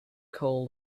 call